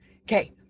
Okay